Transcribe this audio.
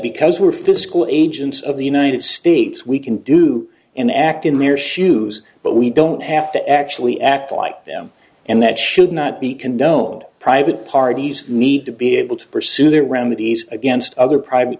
because we're physical agents of the united states we can do and act in their shoes but we don't have to actually act like them and that should not be condoned private parties need to be able to pursue their remedies against other private